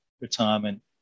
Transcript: retirement